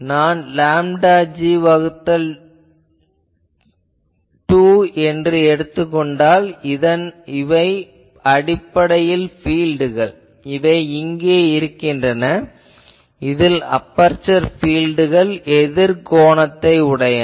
நான் λg வகுத்தல் 2 என எடுத்துக் கொண்டால் இவை அடிப்படையில் பீல்ட்கள் இவை இங்கே இருக்கின்றன இதில் அபெர்சர் பீல்ட்கள் எதிர் கோணத்தை உடையன